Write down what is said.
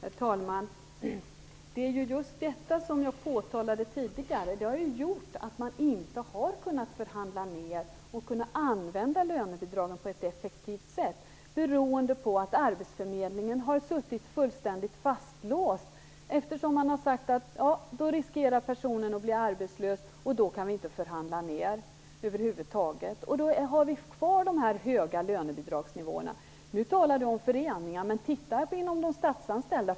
Herr talman! Det är just detta som jag påtalade tidigare. Det har ju gjort att man inte har kunnat förhandla ner och kunnat använda lönebidragen på ett effektivt sätt beroende på att arbetsförmedlingen har suttit fullständigt fastlåst. Man har sagt att personen riskerar att bli arbetslös, och då kan man inte förhandla ner över huvud taget. Då har vi kvar de höga lönebidragsnivåerna. Nu talar Tuve Skånberg om föreningar, men titta inom de statsanställda.